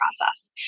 process